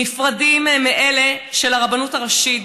נפרדים מאלה של הרבנות הראשית,